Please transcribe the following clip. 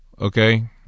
Okay